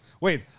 Wait